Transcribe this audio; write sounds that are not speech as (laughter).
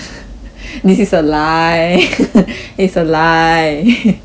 this is a lie (laughs) it's a lie (noise)